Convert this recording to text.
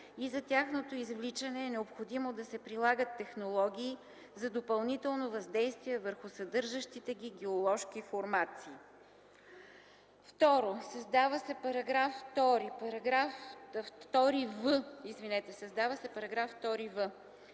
и за тяхното извличане е необходимо да се прилагат технологии за допълнително въздействие върху съдържащите ги геоложки формации.” 2. Създава се § 2в: „§ 2в.